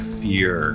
fear